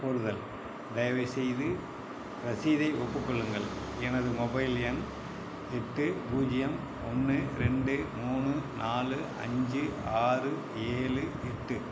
கோருதல் தயவு செய்து ரசீதை ஒப்புக்கொள்ளுங்கள் எனது மொபைல் எண் எட்டு பூஜ்யம் ஒன்று ரெண்டு மூணு நாலு அஞ்சு ஆறு ஏழு எட்டு